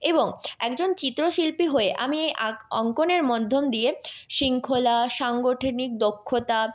এবং একজন চিত্রশিল্পী হয়ে আমি এই অঙ্কনের মধ্য দিয়ে শৃঙ্খলা সাংগঠনিক দক্ষতা